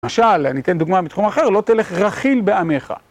למשל, אני אתן דוגמה מתחום אחר, לא תלך רכיל בעמך.